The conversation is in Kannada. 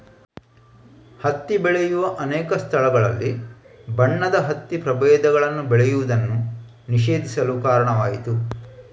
ಹತ್ತಿ ಬೆಳೆಯುವ ಅನೇಕ ಸ್ಥಳಗಳಲ್ಲಿ ಬಣ್ಣದ ಹತ್ತಿ ಪ್ರಭೇದಗಳನ್ನು ಬೆಳೆಯುವುದನ್ನು ನಿಷೇಧಿಸಲು ಕಾರಣವಾಯಿತು